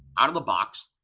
out of the box,